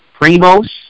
Primos